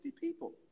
people